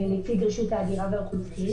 השאלה זה נציג רשות ההגירה והאוכלוסין.